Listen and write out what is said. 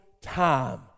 time